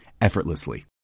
effortlessly